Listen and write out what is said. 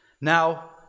Now